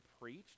preached